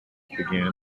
began